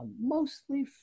Mostly